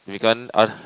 we can't ah